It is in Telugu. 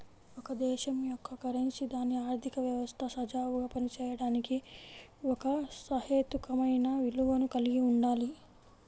ఒక దేశం యొక్క కరెన్సీ దాని ఆర్థిక వ్యవస్థ సజావుగా పనిచేయడానికి ఒక సహేతుకమైన విలువను కలిగి ఉండాలి